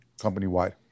company-wide